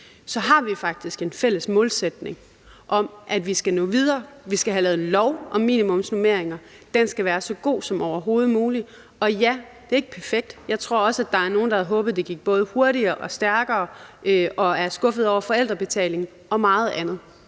har vi faktisk en fælles målsætning om, at vi skal nå videre, at vi skal have lavet en lov om minimumsnormeringer, og at den skal være så god som overhovedet muligt. Og ja, det er ikke perfekt. Jeg tror også, at der er nogen, der havde håbet, at det gik både hurtigere og stærkere, og er skuffet over forældrebetaling og meget andet.